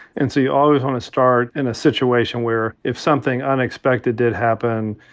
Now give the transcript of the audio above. and so you always want to start in a situation where, if something unexpected did happen,